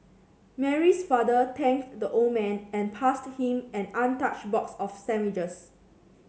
Mary's father thanked the old man and passed him an untouched box of sandwiches